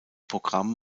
programm